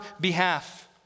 behalf